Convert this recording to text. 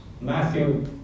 Matthew